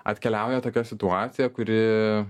atkeliauja tokia situacija kuri